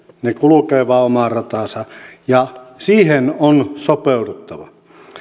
ne kulkevat vain omaa rataansa ja siihen on sopeuduttava